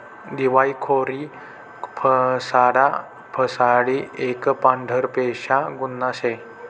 दिवायखोरी फसाडा फसाडी एक पांढरपेशा गुन्हा शे